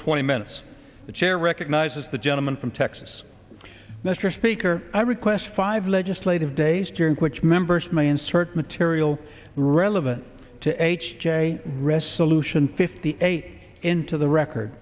twenty minutes the chair recognizes the gentleman from texas mr speaker i request five legislative days during which members may insert material relevant to h j resolution fifty eight into the record